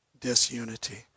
disunity